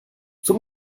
son